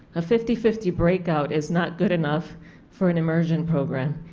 a fifty fifty breakout is not good enough for an immersion program.